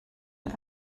der